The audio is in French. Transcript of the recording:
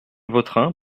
vautrin